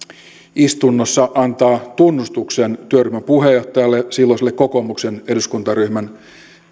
istunnossa antaa tunnustuksen työryhmän puheenjohtajalle silloiselle kokoomuksen eduskuntaryhmän